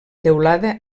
teulada